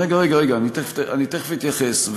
רגע, רגע, אני תכף אתייחס.